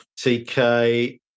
TK